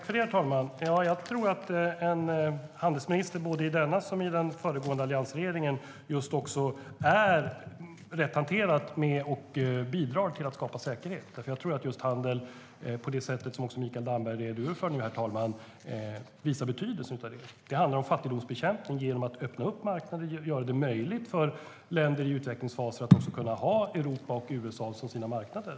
Herr talman! Jag tror att en handelsminister, såväl i denna som i den föregående alliansregeringen, rätt hanterat bidrar till att skapa säkerhet. Jag tror att handel, på det sätt som Mikael Damberg redogjorde för nu, visar betydelsen av det. Det rör sig om fattigdomsbekämpning genom att man öppnar upp marknaden och gör det möjligt för länder i utvecklingsfaser att ha Europa och USA som sina marknader.